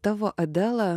tavo adela